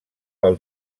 pel